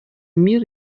мир